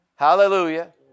Hallelujah